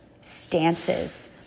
stances